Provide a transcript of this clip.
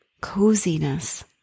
coziness